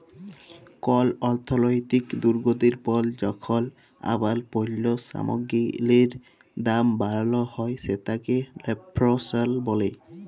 call অর্থলৈতিক দুর্গতির পর যখল আবার পল্য সামগ্গিরির দাম বাড়াল হ্যয় সেটকে রেফ্ল্যাশল ব্যলে